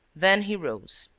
then he rose,